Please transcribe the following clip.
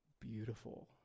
beautiful